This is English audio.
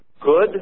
good